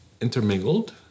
intermingled